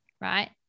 right